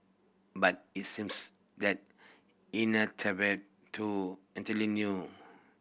but it seems that entirely new